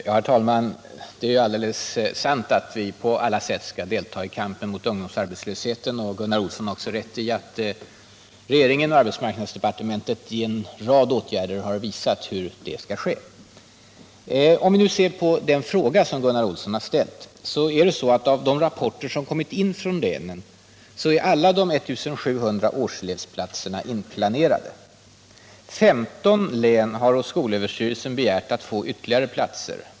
Herr talman! Det är alldeles sant att vi på alla sätt skall delta i kampen mot ungdomsarbetslösheten. Gunnar Olsson har också rätt i att regeringen och arbetsmarknadsdepartementet genom en rad åtgärder har visat hur detta skall ske. Om vi nu ser på den fråga som Gunnar Olsson har ställt, kan vi konstatera av de rapporter som kommit in från länen att samtliga 1 700 årselevsplatser är inplanerade. 15 län har hos skolöverstyrelsen begärt att få ytterligare platser.